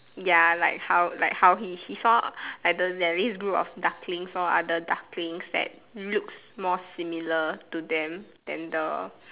ya like how like how he he saw like there is this group of ducklings lor are the ducklings that look more similar to them than the